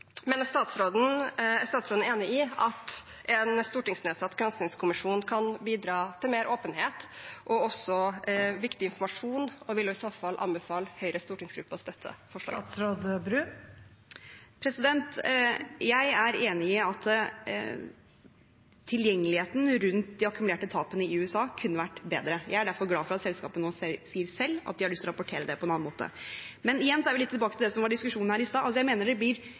stortingsnedsatt granskingskommisjon kan bidra til mer åpenhet og viktig informasjon, og vil hun i så fall anbefale Høyres stortingsgruppe å støtte forslaget? Jeg er enig i at tilgjengeligheten rundt de akkumulerte tapene i USA kunne vært bedre. Jeg er derfor glad for at selskapet nå selv sier at de har lyst til å rapportere det på en annen måte. Men igjen er vi litt tilbake til det som var diskusjonen her i stad: Det blir litt feil å skape et inntrykk av at det